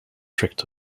tricked